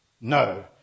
No